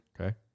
Okay